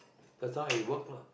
that's why I work lah